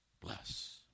Bless